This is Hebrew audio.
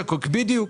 בדיוק.